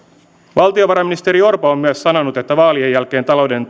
valtiovarainministeri orpo on myös sanonut että vaalien jälkeen talouden